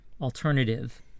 alternative